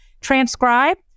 transcribe